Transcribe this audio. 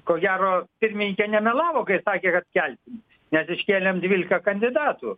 ko gero pirmininkė nemelavo kai sakė kad kelsim mes iškėlėm dvylika kandidatų